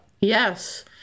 Yes